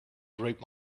break